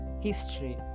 history